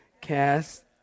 Cast